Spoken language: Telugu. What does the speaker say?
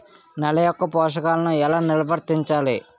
నెల యెక్క పోషకాలను ఎలా నిల్వర్తించాలి